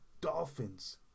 Dolphins